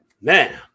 man